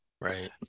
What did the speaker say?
Right